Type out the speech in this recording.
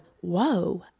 whoa